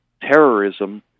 terrorism